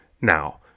now